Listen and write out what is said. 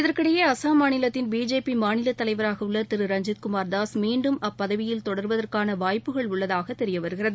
இதற்கிடையே அசாம் மாநிலத்தின் பிஜேபி மாநிலத் தலைவராக உள்ள திரு ரஞ்சித் குமார் தாஸ் மீண்டும் அப்பதவியில் தொடருவதற்கான வாய்ப்புகள் உள்ளதாக தெரிய வருகிறது